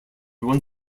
one